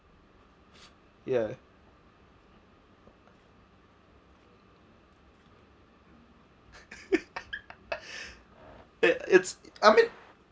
ya it it's I mean